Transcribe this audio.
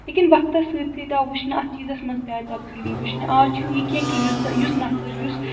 لیکِن وقتس سۭتۍ سۭتۍ آو وٕچھںہٕ اتھ چیٖزس منٛز تہِ آے تبدیٖلی وٕچھںہٕ آز چھُنہٕ یہِ کیٚنٛہہ کہِ یُس زَ یُس نفر یُس